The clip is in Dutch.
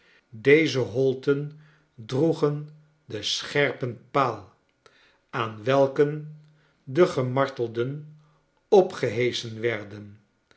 deze hoiten droegen den scherpen paal aan welken de gemartelden opgeheschen werden